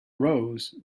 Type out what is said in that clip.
rose